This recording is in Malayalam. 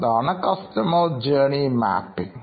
അതാണ് കസ്റ്റമർ ജേർണി മാപ്പിംഗ്